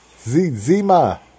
Zima